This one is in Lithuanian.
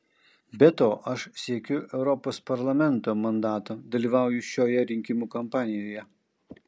be to aš siekiu europos parlamento mandato dalyvauju šioje rinkimų kampanijoje